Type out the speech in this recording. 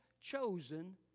chosen